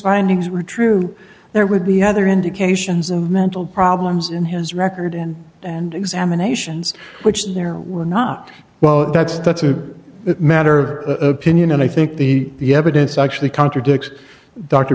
findings were true there would be other indications of mental problems in his record and and examinations which there were not well that's that's a matter of opinion and i think the evidence actually contradicts dr